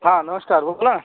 हा नमस्कर वोखला